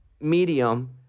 medium